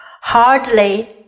hardly